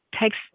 takes